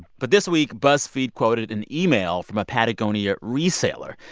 but this week, buzzfeed quoted an email from a patagonia resaler.